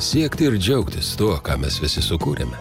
siekti ir džiaugtis tuo ką mes visi sukūrėme